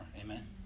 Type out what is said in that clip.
amen